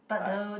I